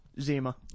Zima